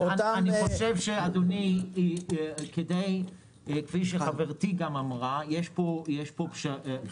אני חושב שכפי שחברתי גם אמרה יש פה פשרה.